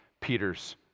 Peter's